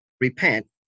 repent